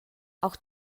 auch